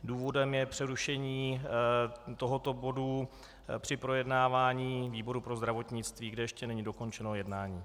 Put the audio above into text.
Důvodem je přerušení tohoto bodu při projednávání výboru pro zdravotnictví, kde ještě není dokončeno jednání.